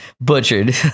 butchered